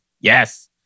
Yes